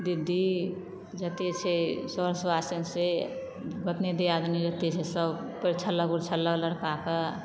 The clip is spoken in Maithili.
दीदी जते छै सर सुआसिन से गोतनी दियादनी जतय छै से पैरिछलक उरिछलक लड़का के